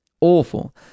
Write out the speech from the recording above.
Awful